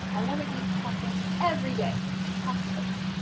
i wanna eat chocolate every day, chocolate.